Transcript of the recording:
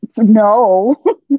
No